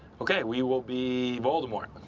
okay, we will be voldemort.